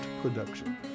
production